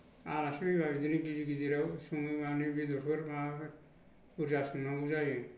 आलासि फैबा बिदिनो गिदिर गिदिराव सङो माने बेदरफोर माबाफोर बुरजा संनांगौ जायो